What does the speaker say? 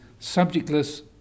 subjectless